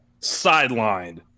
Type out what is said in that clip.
sidelined